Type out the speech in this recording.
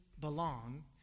belong